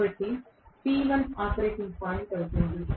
కాబట్టి P1 operating point అవుతుంది